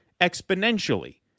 exponentially